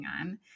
on